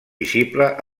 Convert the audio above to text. visible